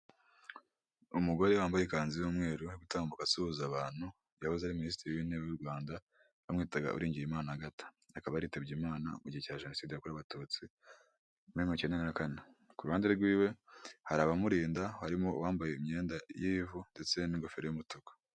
Umugore wambaye ikanzu y'umweru utambuka asuhuza abantu, yahoze ari minisitiri w'intebe w'u Rwanda bamwitaga Uwiringiyimana Agathe; akaba yaritabye imana mu gihe cya jenoside yakorewe abatutsi, muri mirongo icyenda na kane. Ku ruhande rwiwe hari abamurinda, harimo uwambaye imyenda y'ivu ndetse n'ingofero y'umutuku.